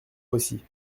aussi